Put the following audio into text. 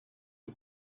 who